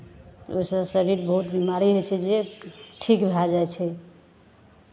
ओहिसँ शरीर बहुत बीमारी होइ छै जे ठीक भए जाइ छै